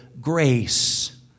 grace